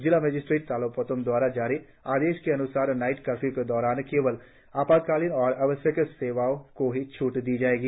जिला मजिस्ट्रेट तालो पोतम द्वारा जारी आदेश के अन्सार नाईट कर्फ्य् के दौरान केवल आपातकालीन और आवश्यक सेवाओं को ही छूट दी जाएगी